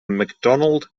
mcdonald